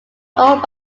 owned